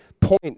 point